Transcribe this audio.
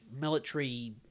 military